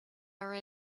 are